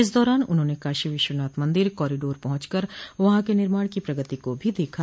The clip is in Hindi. इस दौरान उन्होंने काशी विश्वनाथ मंदिर कॉरिडोर पहुंचकर वहां के निर्माण की प्रगति को भी देखा